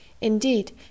Indeed